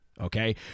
Okay